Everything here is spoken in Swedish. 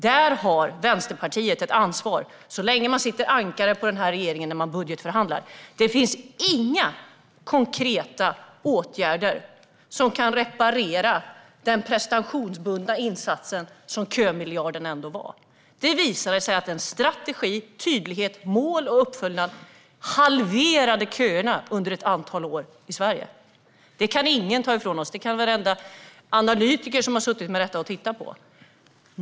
Där har Vänsterpartiet ett ansvar så länge man sitter som ankare på den här regeringen när man budgetförhandlar. Det finns inga konkreta åtgärder som kan reparera den prestationsbundna insats som kömiljarden ändå var. Det visade sig att en strategi med tydlighet, mål och uppfyllnad halverade köerna under ett antal år i Sverige. Det kan ingen ta ifrån oss. Varenda analytiker som har tittat på detta kan intyga det.